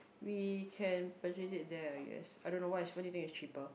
we can purchase it there I guess I don't know what is what do you think is cheaper